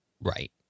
Right